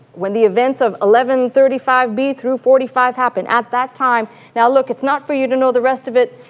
when the events of eleven thirty five b forty five happen, at that time now look, it's not for you to know the rest of it.